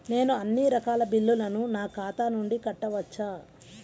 నేను అన్నీ రకాల బిల్లులను నా ఖాతా నుండి కట్టవచ్చా?